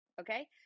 okay